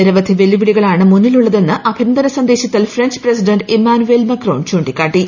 നിരവധി വെല്ലുവിളികളാണ് മുന്നിലുള്ളതെന്ന് അഭിനന്ദന സന്ദേശത്തിൽ ഫ്രഞ്ച് പ്രസിഡന്റ് ഇമ്മാനുവേൽ മാക്രോൺ ചൂണ്ടിക്കാട്ടി